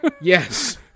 yes